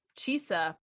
chisa